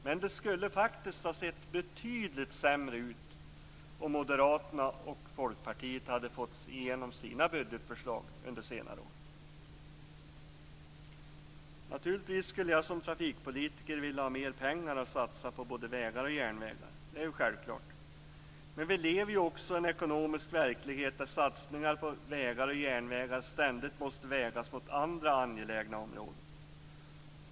Men det skulle faktiskt ha sett betydligt sämre ut om Moderaterna och Folkpartiet hade fått igenom sina budgetförslag under senare år. Naturligtvis skulle jag som trafikpolitiker vilja ha mer pengar att satsa på både vägar och järnvägar. Det är självklart. Men vi lever ju i en ekonomisk verklighet där satsningar på vägar och järnvägar ständigt måste vägas mot andra angelägna områden.